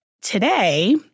Today